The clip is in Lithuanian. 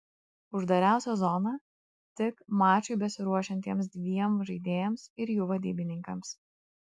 uždariausia zona tik mačui besiruošiantiems dviem žaidėjams ir jų vadybininkams